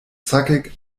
zackig